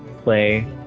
play